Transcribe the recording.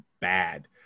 bad